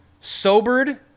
sobered